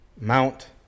Mount